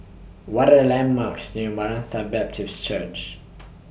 What Are The landmarks near Maranatha Baptist Church